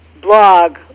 blog